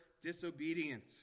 disobedient